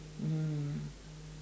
mm